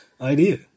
idea